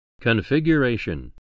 Configuration